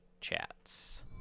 Chats